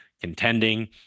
contending